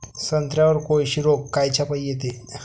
संत्र्यावर कोळशी रोग कायच्यापाई येते?